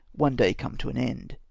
one day come to an end.